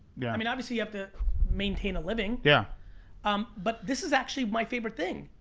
yeah i mean, obviously you have to maintain a living. yeah um but this is actually my favorite thing.